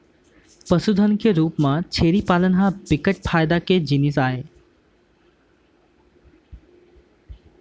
पसुधन के रूप म छेरी पालन ह बिकट फायदा के जिनिस आय